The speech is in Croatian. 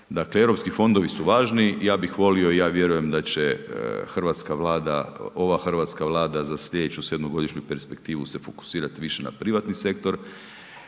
Dakle, Europski fondovi su važni, ja bih volio i ja vjerujem da će Hrvatska vlada, ova Hrvatska vlada za slijedeću sedmogodišnju perspektivu se fokusirati više na privatni sektor.